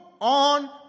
on